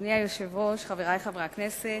אדוני היושב-ראש, חברי חברי הכנסת,